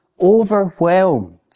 overwhelmed